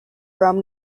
roam